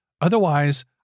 Otherwise